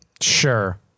Sure